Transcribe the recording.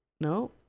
No